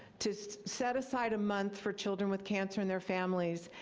to set aside a month for children with cancer and their families,